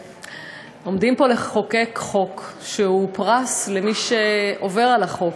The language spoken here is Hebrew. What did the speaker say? עומדים פה לחוקק חוק שהוא פרס למי שעובר על החוק.